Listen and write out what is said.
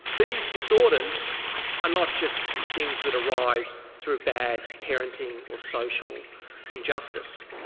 these disorders are not just things that arise through bad parenting or social injustice,